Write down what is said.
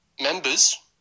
members